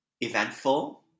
eventful